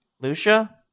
Lucia